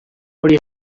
hori